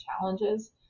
challenges